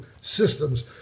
systems